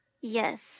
Yes